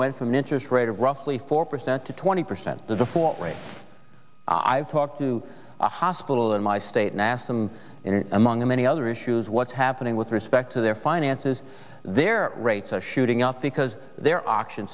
an interest rate of roughly four percent to twenty percent i've talked to a hospital in my state and asked them among many other issues what's happening with respect to their finances their rates are shooting up because their auction